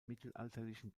mittelalterlichen